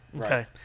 Okay